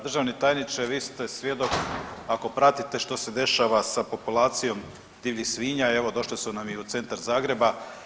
Državni tajniče, vi ste svjedok ako pratite što se dešava sa populacijom divljih svinja i evo, došle su nam i u centar Zagreba.